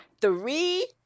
three